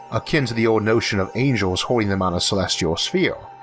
akin to the old notion of angels holding them on a celestial sphere,